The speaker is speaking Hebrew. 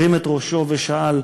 הרים את ראשו ושאל: